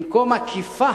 במקום אכיפה